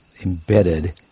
embedded